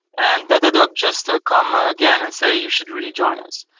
and datadog just ah come ah again and say, you should really join us.